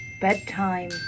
Bedtime